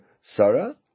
Sarah